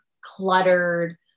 cluttered